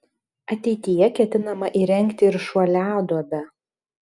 ateityje ketinama įrengti ir šuoliaduobę